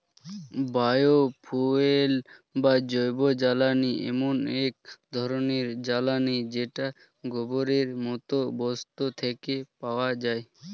bio fuel বা জৈবজ্বালানী এমন এক ধরণের জ্বালানী যেটা গোবরের মতো বস্তু থেকে পাওয়া যায়